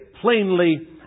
plainly